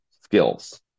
skills